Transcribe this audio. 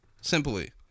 simply